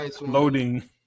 loading